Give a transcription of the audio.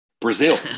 Brazil